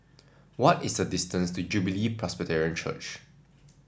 what is the distance to Jubilee Presbyterian Church